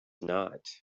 not